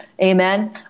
Amen